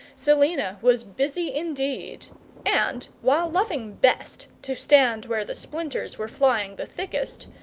selina was busy indeed and, while loving best to stand where the splinters were flying the thickest.